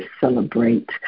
celebrate